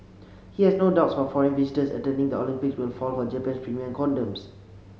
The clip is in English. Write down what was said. he has no doubts that foreign visitors attending the Olympics will fall for Japan's premium condoms